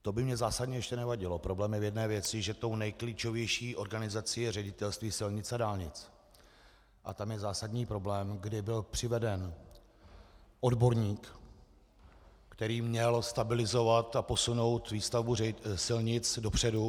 To by mně zásadně ještě nevadilo, problém je v jedné věci, že tou nejklíčovější organizací je Ředitelství silnic a dálnic a tam je zásadní problém, kdy byl přiveden odborník, který měl stabilizovat a posunout výstavbu silnic dopředu.